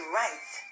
rights